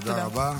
תודה רבה.